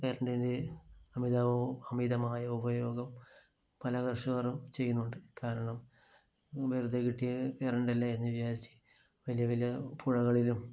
കറണ്ടിൻ്റെ അമിതവും അമിതമായ ഉപയോഗം പല കർഷകരും ചെയ്യുന്നുണ്ട് കാരണം വെറുതെ കിട്ടിയ കറണ്ട് അല്ലേ എന്ന് വിചാരിച്ച് വലിയ വലിയ പുഴകളിലും